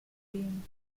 game